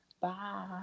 Bye